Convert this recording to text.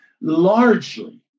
Largely